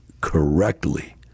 correctly